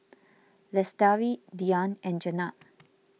Lestari Dian and Jenab